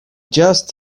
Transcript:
just